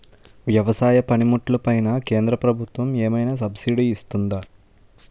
వ్యవసాయ పనిముట్లు పైన కేంద్రప్రభుత్వం ఏమైనా సబ్సిడీ ఇస్తుందా?